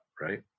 right